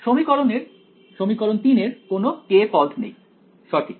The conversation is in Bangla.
সমীকরণ 3 এর কোনো k পদ নেই সঠিক